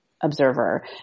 observer